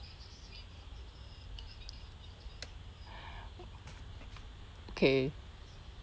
okay